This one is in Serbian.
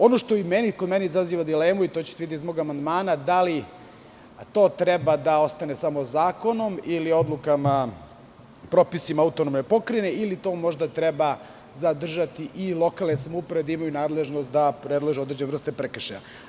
Ono što kod mene izaziva dilemu, to ćete videti iz mog amandmana, ali to treba da ostane samo zakonom, odlukama, propisima autonomne pokrajine ili to možda treba zadržati, pa da lokalne samouprave predlažu određene vrste prekršaja.